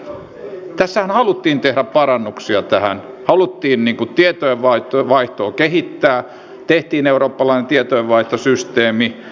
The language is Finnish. myönnän vielä kolme vastauspuheenvuoroa ennen ministerin vastausta ja he ovat edustajat terho salolainen ja kasvi